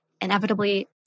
inevitably